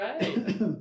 Right